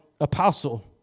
apostle